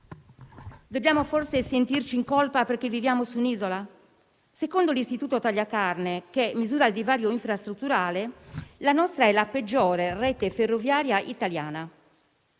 Dobbiamo forse sentirci in colpa perché viviamo su un'isola? Secondo l'istituto Tagliacarne, che misura il divario infrastrutturale, la nostra è la peggiore rete ferroviaria italiana.